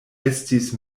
estis